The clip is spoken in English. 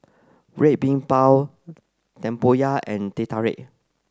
Red Bean Bao Tempoyak and Teh Tarik